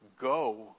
Go